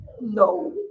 No